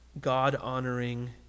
God-honoring